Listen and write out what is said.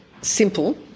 simple